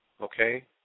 Okay